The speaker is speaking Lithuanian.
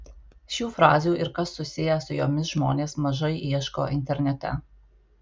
šių frazių ir kas susiję su jomis žmonės mažai ieško internete